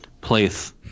Place